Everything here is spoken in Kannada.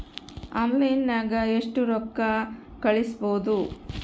ಆನ್ಲೈನ್ನಾಗ ಎಷ್ಟು ರೊಕ್ಕ ಕಳಿಸ್ಬೋದು